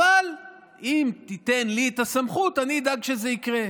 אבל אם תיתן לי את הסמכות אני אדאג שזה יקרה.